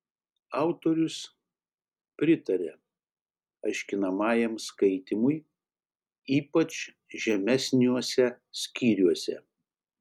autorius pritaria aiškinamajam skaitymui ypač žemesniuose skyriuose